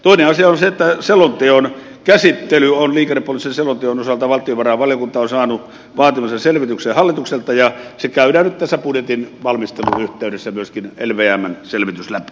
toinen asia on se että liikennepoliittisen selonteon osalta valtiovarainvaliokunta on saanut vaatimansa selvityksen hallitukselta ja se lvmn selvitys käydään nyt tässä budjetin valmistelun yhteydessä myöskin läpi